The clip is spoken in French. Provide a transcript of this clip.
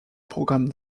programme